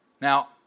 Now